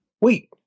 wait